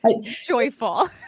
joyful